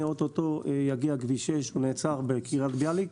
אוטוטו יגיע כביש 6. הוא נעצר בקרית ביאליק,